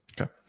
Okay